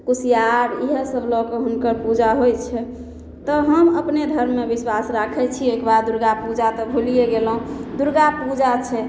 कुसियार इएहे सभ लअ कऽ हुनकर पूजा होइ छै तऽ हम अपने धर्ममे विश्वास राखय छी ओइके बाद दुर्गापूजा तऽ भुलिये गेलहुँ दुर्गापूजा छै